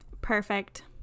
Perfect